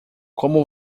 como